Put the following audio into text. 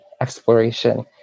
exploration